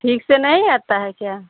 ठीक से नहीं आता है क्या